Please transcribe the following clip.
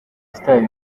style